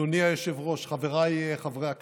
אדוני היושב-ראש, חבריי חברי הכנסת,